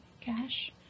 cash